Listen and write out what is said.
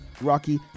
Rocky